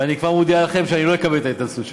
ואני כבר מודיע לכם שאני לא אקבל את ההתנצלות שלו.